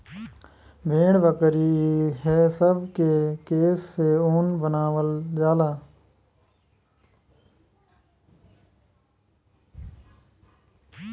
भेड़, बकरी ई हे सब के केश से ऊन बनावल जाला